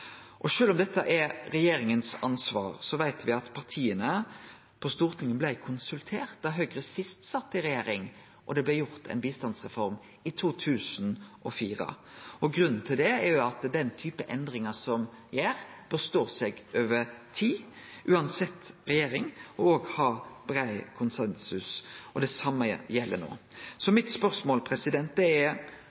om dette er regjeringa sitt ansvar, veit me at partia på Stortinget blei konsulterte da Høgre sist sat i regjering og det blei gjort ei bistandsreform, i 2004. Grunnen til det er at den typen endringar som ein gjer, bør stå seg over tid, uansett regjering, og ha brei konsensus. Det same gjeld no. Så mitt spørsmål